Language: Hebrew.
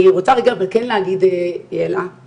אני רוצה כן להגיד, כן